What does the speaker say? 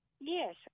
Yes